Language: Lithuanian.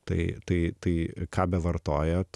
tai tai tai ką bevartojat